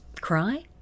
Cry